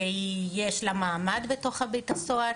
שיש לה מעמד בתוך בית הסוהר.